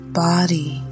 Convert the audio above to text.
body